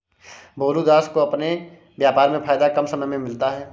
भोलू दास को अपने व्यापार में फायदा कम समय में मिलता है